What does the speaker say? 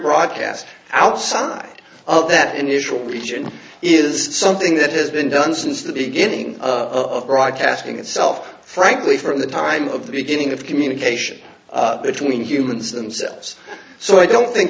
broadcast outside of that initial region is something that has been done since the beginning of broadcasting itself frankly from the time of the beginning of communication between humans themselves so i don't think